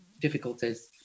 difficulties